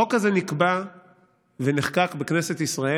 החוק הזה נקבע ונחקק בכנסת ישראל,